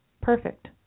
Perfect